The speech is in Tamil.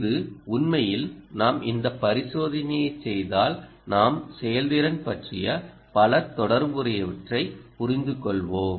இது உண்மையில் நாம் இந்த பரிசோதனையைச் செய்தால் நாம் செயல்திறன் பற்றிய பல தொடர்புடையவற்றை புரிந்துகொள்வோம்